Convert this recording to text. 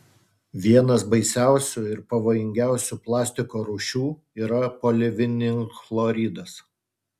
vienas baisiausių ir pavojingiausių plastiko rūšių yra polivinilchloridas